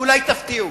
אולי תפתיעו.